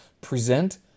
Present